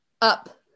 up